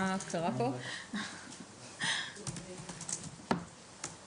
יש לכם פילוח לפי עונות רחצה, שאז יש יותר מקרים?